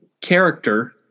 character